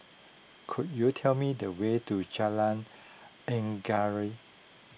could you tell me the way to Jalan Anggerek